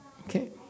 Okay